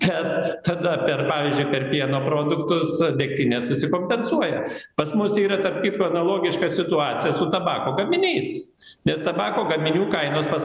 bet tada per pavyzdžiui per pieno produktus degtinė susikonpensuoja pas mus yra tarp kitko analogiška situacija su tabako gaminiais nes tabako gaminių kainos pas